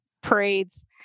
parades